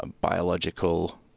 biological